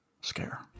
Scare